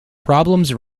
problems